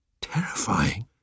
Terrifying